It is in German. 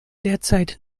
derzeit